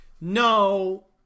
No